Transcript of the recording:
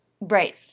Right